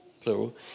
plural